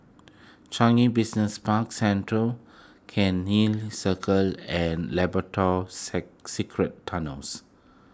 Changi Business Park Central Cairnhill Circle and Labrador Secret Tunnels